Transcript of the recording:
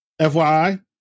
FYI